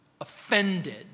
offended